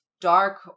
dark